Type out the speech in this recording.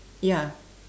ya